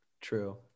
True